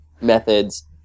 methods